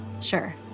Sure